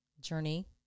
journey